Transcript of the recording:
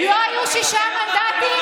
אני אדאג לציונות הדתית.